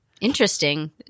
interesting